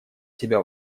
себя